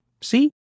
See